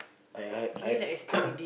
I I I